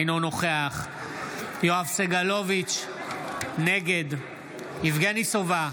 אינו נוכח יואב סגלוביץ' נגד יבגני סובה,